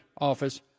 Office